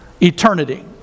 eternity